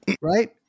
Right